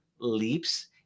leaps